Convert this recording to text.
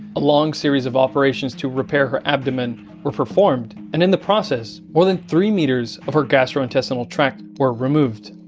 a long series of operations to repair her abdomen were performed and in the process, more than three meters of her gastrointestinal tract were removed,